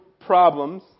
problems